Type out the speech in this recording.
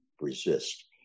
resist